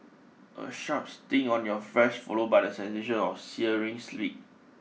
a sharp sting on your flesh followed by the sensation of a searing slit